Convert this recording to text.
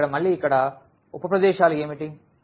కాబట్టి ఇక్కడ మళ్ళీ ఇక్కడ ఉప ప్రదేశాలు ఏమిటి